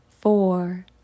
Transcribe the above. Four